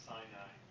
Sinai